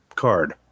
card